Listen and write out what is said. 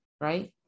right